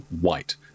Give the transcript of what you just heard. white